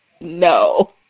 No